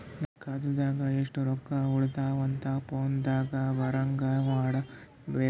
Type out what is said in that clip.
ನನ್ನ ಖಾತಾದಾಗ ಎಷ್ಟ ರೊಕ್ಕ ಉಳದಾವ ಅಂತ ಫೋನ ದಾಗ ಬರಂಗ ಮಾಡ ಬೇಕ್ರಾ?